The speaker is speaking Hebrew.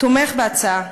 תומך בהצעה.